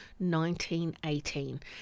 1918